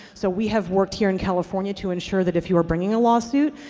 so we have worked here in california to ensure that if you are bringing a lawsuit,